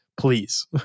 please